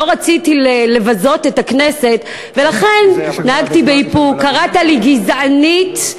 ולא רציתי לבזות את הכנסת ולכן נהגתי באיפוק: קראת לי גזענית,